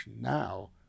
now